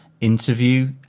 interview